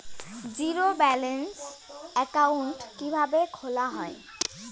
Zero balance account কিভাবে খোলা হয়?